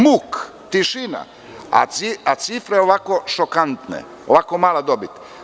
Muk, tišina, a cifra je ovako šokantna, ovako mala dobit.